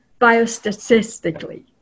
biostatistically